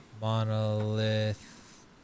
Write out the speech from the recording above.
Monolith